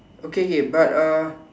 okay okay but uh